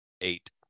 eight